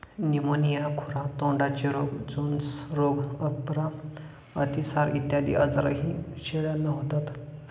pneumonia, खुरा तोंडाचे रोग, जोन्स रोग, अपरा, अतिसार इत्यादी आजारही शेळ्यांना होतात